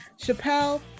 Chappelle